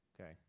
okay